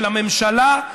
של הממשלה,